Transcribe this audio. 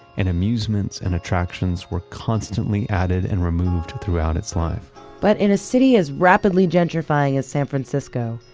and amusements and attractions were constantly added and removed throughout it's life but in a city as rapidly gentrifying as san francisco,